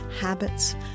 habits